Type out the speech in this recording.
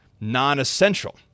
non-essential